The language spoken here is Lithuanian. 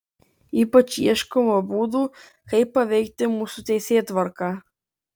ypač ieškoma būdų kaip paveikti mūsų teisėtvarką